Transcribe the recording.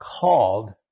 called